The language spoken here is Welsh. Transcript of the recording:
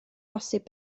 posib